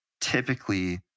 typically